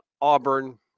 Auburn